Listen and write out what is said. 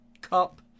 Cup